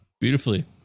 Beautifully